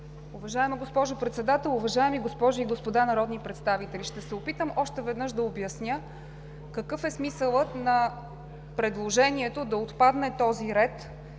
Уважаема госпожо Председател, уважаеми госпожи и господа народни представители! Ще се опитам още веднъж да обясня какъв е смисълът на предложението да отпадне този ред